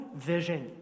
vision